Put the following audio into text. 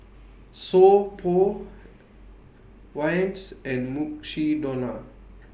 So Pho Vans and Mukshidonna